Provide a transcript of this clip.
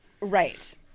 Right